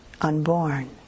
unborn